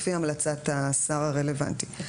זה לפי המלצת השר הרלוונטי.